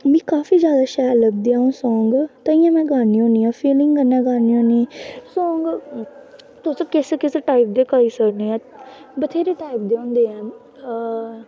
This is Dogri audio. मिगी काफी जैदा शैल लगदे ऐ ओह् सांग ताइयों में गान्नी होन्नी होन्नी फिलिंग कन्नै गान्नी होन्नी सांग तुस किस किस टाइप दे गाई सकने आं बथ्हेरी टाइप दे होंदे ऐ